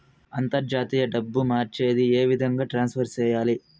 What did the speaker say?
అంతర్జాతీయ డబ్బు మార్చేది? ఏ విధంగా ట్రాన్స్ఫర్ సేయాలి?